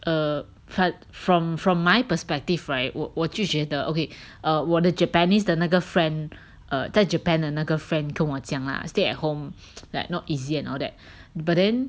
err from from my perspective right 我我就觉得 okay err 我的 Japanese 的那个 friend err 在 Japan 的那个 friend 跟我讲啦 stay at home like not easy and all that but then